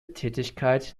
tätigkeit